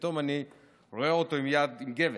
פתאום אני רואה אותו עם יד בגבס.